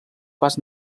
pas